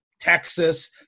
Texas